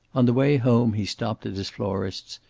on the way home he stopped at his florist's,